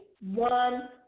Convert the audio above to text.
one